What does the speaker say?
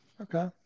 Okay